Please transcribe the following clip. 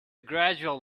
gradual